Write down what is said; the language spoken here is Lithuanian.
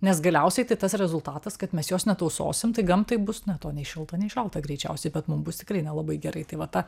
nes galiausiai tai tas rezultatas kad mes jos netausosim tai gamtai bus na to nei šilta nei šalta greičiausiai bet mums bus tikrai nelabai gerai tai va ta